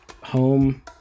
Home